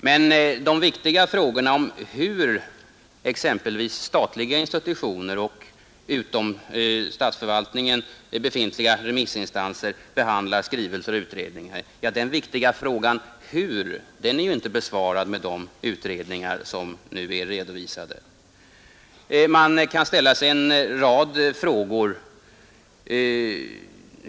Den viktiga frågan om hur exempelvis statliga instanser och remissinstanser utom statsförvaltningen behandlar remitterade skrivelser och utredningar är inte besvarad med de utredningar som nu är redovisade. Det finns en rad frågor som kan göras.